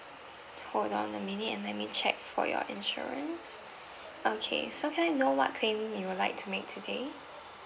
hold on a minute and let me check for your insurance okay so can I know what claim you will would like to make today